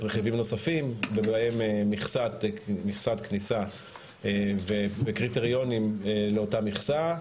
רכיבים נוספים ובהם מכסת כניסה וקריטריונים לאותה מכסה,